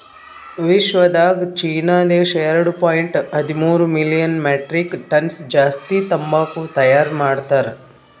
ವಿಶ್ವದಾಗ್ ಚೀನಾ ದೇಶ ಎರಡು ಪಾಯಿಂಟ್ ಹದಿಮೂರು ಮಿಲಿಯನ್ ಮೆಟ್ರಿಕ್ ಟನ್ಸ್ ಜಾಸ್ತಿ ತಂಬಾಕು ತೈಯಾರ್ ಮಾಡ್ತಾರ್